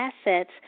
assets